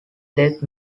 death